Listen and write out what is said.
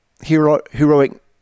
heroic